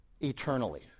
eternally